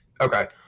Okay